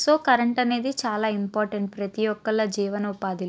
so current అనేది చాలా important ప్రతి ఒక్కల జీవనోపాధిలో